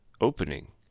opening